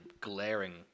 glaring